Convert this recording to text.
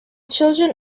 children